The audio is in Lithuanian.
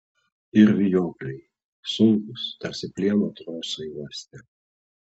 ir vijokliai sunkūs tarsi plieno trosai uoste